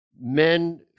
men